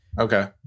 Okay